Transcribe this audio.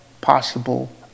possible